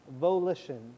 volition